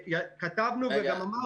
כתבנו וגם אמרו.